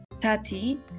Tati